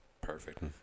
perfect